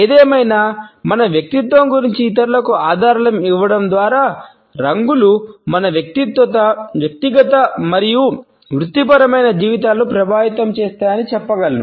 ఏదేమైనా మన వ్యక్తిత్వం గురించి ఇతరులకు ఆధారాలు ఇవ్వడం ద్వారా రంగులు మన వ్యక్తిగత మరియు వృత్తిపరమైన జీవితాలను ప్రభావితం చేస్తాయని చెప్పగలను